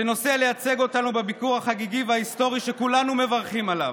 שנוסע לייצג אותנו בביקור החגיגי וההיסטורי שכולנו מברכים עליו.